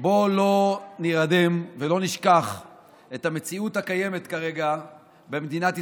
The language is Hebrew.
בואו לא נירדם ולא נשכח את המציאות הקיימת כרגע במדינת ישראל,